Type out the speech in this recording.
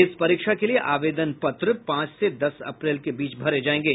इस परीक्षा के लिये आवेदन पत्र पांच से दस अप्रैल के बीच भरे जायेंगे